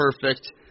perfect